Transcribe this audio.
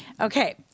Okay